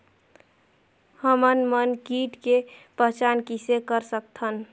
हमन मन कीट के पहचान किसे कर सकथन?